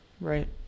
Right